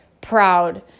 proud